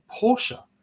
Porsche